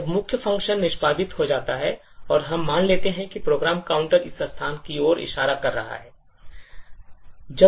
जब मुख्य function निष्पादित हो जाता है और हम मान लेते हैं कि प्रोग्राम काउंटर इस स्थान की ओर इशारा कर रहा है